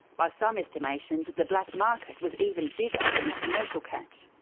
by some estimations the black market was even bigger than the commercial catch.